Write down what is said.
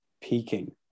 peaking